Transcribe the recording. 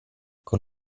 con